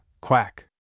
Quack